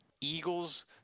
Eagles